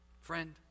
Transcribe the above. Friend